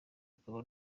akaba